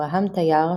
אברהם טיאר,